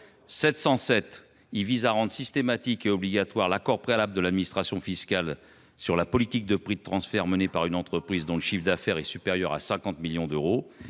707 vise à rendre systématique et obligatoire l’accord préalable de l’administration fiscale sur la politique de prix de transfert menée par une entreprise dont le chiffre d’affaires est supérieur à 50 millions d’euros.